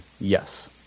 Yes